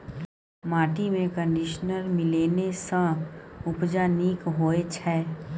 माटिमे कंडीशनर मिलेने सँ उपजा नीक होए छै